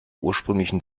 ursprünglichen